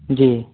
जी